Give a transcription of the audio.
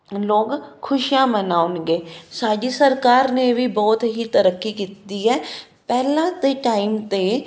ਲੋਕ ਖੁਸ਼ੀਆਂ ਮਨਾਉਣਗੇ ਸਾਡੀ ਸਰਕਾਰ ਨੇ ਵੀ ਬਹੁਤ ਹੀ ਤਰੱਕੀ ਕੀਤੀ ਹੈ ਪਹਿਲਾਂ ਦੇ ਟਾਈਮ 'ਤੇ